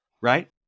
right